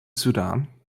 sudan